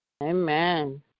Amen